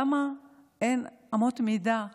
למה אין אמות מידה אחידות,